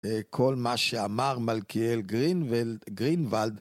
כל מה שאמר מלכיאל גרינוולד